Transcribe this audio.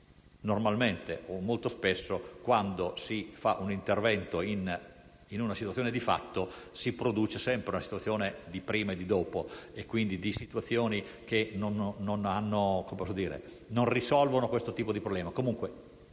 normalmente o molto spesso, quando si fa un intervento su una situazione di fatto, si produce sempre una situazione di prima e di dopo e quindi non si risolve questo tipo di problema.